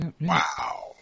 Wow